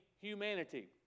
humanity